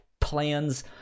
plans